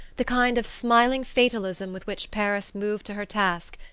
the kind of smiling fatalism with which paris moved to her task.